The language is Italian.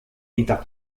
vita